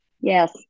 Yes